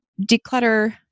declutter